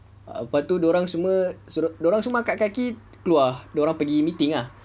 lepas tu dia orang semua dia orang semua angkat kaki keluar dia orang pergi meeting ah